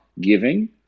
giving